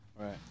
Right